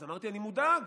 אז אמרתי: אני מודאג.